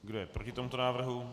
Kdo je proti tomuto návrhu?